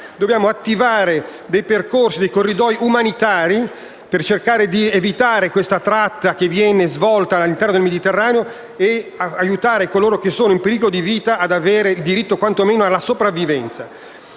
Dobbiamo attivare dei percorsi, dei corridoi umanitari per cercare di evitare la tratta che viene svolta all'interno del Mediterraneo e aiutare coloro che sono in pericolo di vita ad avere diritto quantomeno alla sopravvivenza.